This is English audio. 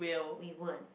we weren't